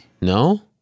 No